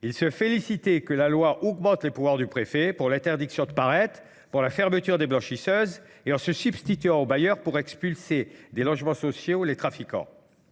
il se félicitait que la loi augmente les pouvoirs du préfet pour l'interdiction de paretes, pour la fermeture des blanchisseuses et en se substituant aux bailleurs pour expulser des logements sociaux et les trafiquants.